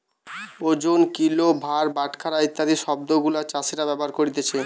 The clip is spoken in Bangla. ওজন, কিলো, ভার, বাটখারা ইত্যাদি শব্দ গুলা চাষীরা ব্যবহার করতিছে